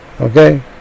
Okay